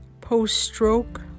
post-stroke